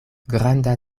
granda